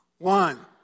One